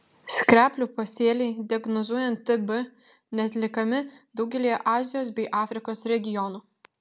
skreplių pasėliai diagnozuojant tb neatliekami daugelyje azijos bei afrikos regionų